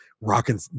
rocking